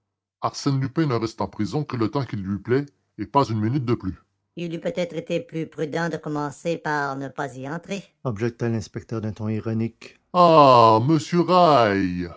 arsène lupin ne reste en prison que le temps qu'il lui plaît et pas une minute de plus il eût peut-être été plus prudent de commencer par ne pas y entrer objecta l'inspecteur d'un ton ironique ah monsieur